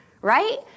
Right